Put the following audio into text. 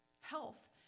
health